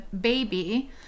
baby